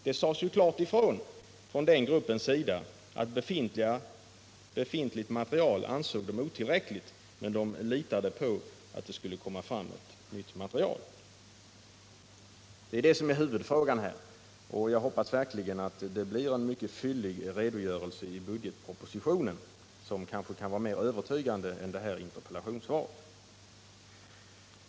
Det sades ju klart ifrån av den ifrågavarande gruppen att det befintliga materialet var otillräckligt men att man litade på att det skulle komma fram nytt material. Det är detta som är huvudfrågan. Jag hoppas verkligen att det blir en mycket fyllig redogörelse i budgetpropositionen som kanske är mer övertygande än det här interpellationssvaret.